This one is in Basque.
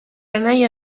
anaia